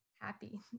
happy